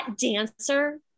dancer